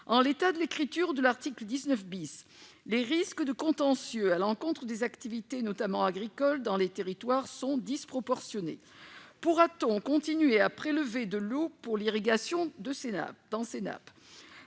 En l'état de la rédaction de l'article 19 , les risques de contentieux à l'encontre des activités, notamment agricoles, dans les territoires sont disproportionnés. Pourra-t-on continuer à prélever de l'eau pour l'irrigation dans ces nappes ?